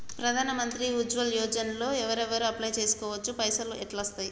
ప్రధాన మంత్రి ఉజ్వల్ యోజన లో ఎవరెవరు అప్లయ్ చేస్కోవచ్చు? పైసల్ ఎట్లస్తయి?